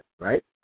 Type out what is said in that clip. right